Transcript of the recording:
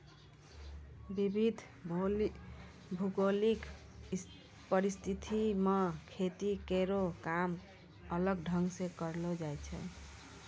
विविध भौगोलिक परिस्थिति म खेती केरो काम अलग ढंग सें करलो जाय छै